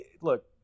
look